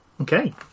Okay